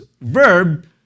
verb